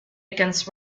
against